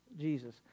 Jesus